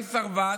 סרבן,